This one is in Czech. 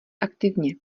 aktivně